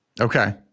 Okay